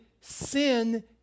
sin